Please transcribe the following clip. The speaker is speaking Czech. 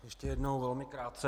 Ještě jednou velmi krátce.